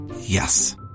Yes